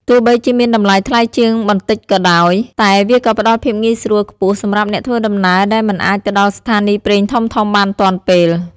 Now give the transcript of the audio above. ទោះបីជាមានតម្លៃថ្លៃជាងបន្តិចក៏ដោយ តែវាក៏ផ្តល់ភាពងាយស្រួលខ្ពស់សម្រាប់អ្នកធ្វើដំណើរដែលមិនអាចទៅដល់ស្ថានីយ៍ប្រេងធំៗបានទាន់ពេល។